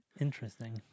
Interesting